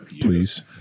Please